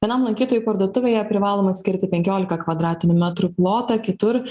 vienam lankytojui parduotuvėje privaloma skirti penkiolika kvadratinių metrų plotą kitur